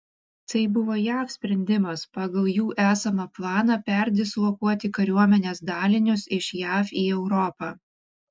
tai buvo jav sprendimas pagal jų esamą planą perdislokuoti kariuomenės dalinius iš jav į europą